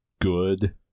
good